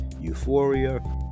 euphoria